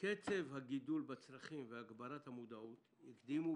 קצב הגידול בצרכים והגברת המודעות הקדימו